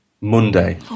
Monday